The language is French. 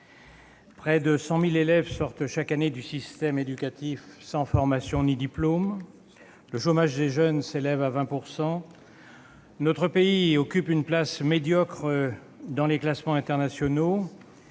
près de 100 000 élèves sortent chaque année du système éducatif sans formation ni diplôme ; le chômage des jeunes s'élève à 20 %; notre pays occupe une place médiocre dans les classements internationaux